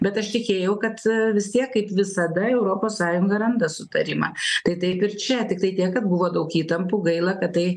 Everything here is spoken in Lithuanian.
bet aš tikėjau kad vis tiek kaip visada europos sąjunga randa sutarimą štai taip ir čia tiktai tiek kad buvo daug įtampų gaila kad tai